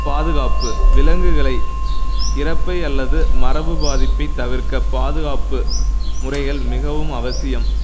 பாதுகாப்பு விலங்குகளை இறப்பை அல்லது மரபு பாதிப்பைத் தவிர்க்க பாதுகாப்பு முறைகள் மிகவும் அவசியம்